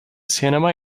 cinema